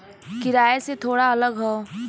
किराए से थोड़ा अलग हौ